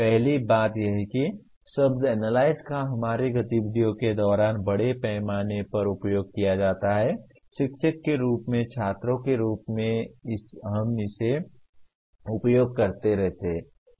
पहली बात यह है कि शब्द एनालाइज का हमारी गतिविधियों के दौरान बड़े पैमाने पर द्वारा उपयोग किया जाता है शिक्षक के रूप में छात्रों के रूप में हम इसका उपयोग करते रहते हैं